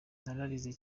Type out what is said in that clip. nararize